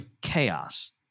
Chaos